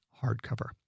hardcover